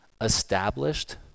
established